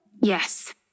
Yes